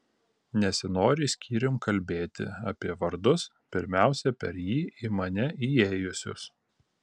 nesinori skyrium kalbėti apie vardus pirmiausia per jį į mane įėjusius